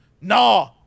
no